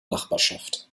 nachbarschaft